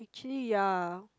actually ya